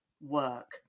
work